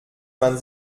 man